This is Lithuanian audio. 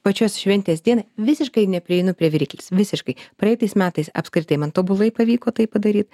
pačios šventės dienai visiškai neprieinu prie viryklės visiškai praeitais metais apskritai man tobulai pavyko tai padaryt